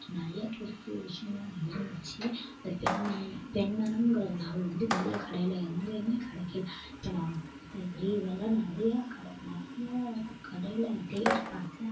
நிறையா புது புது விஷயங்கள்லான் இருந்துச்சு அந்த பெண்மனம் பெண்மனம்ங்கிற நாவல் வந்து வெளியே கடையில் எங்கேயுமே கிடைக்கில இப்போ நான் இப்போ ரீசென்ட்டாக நிறையா கடை நிறையா கடையில் நான் தேடிப்பார்த்தேன்